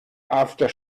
after